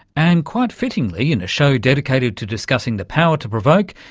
and, quite fittingly, in a show dedicated to discussing the power to provoke,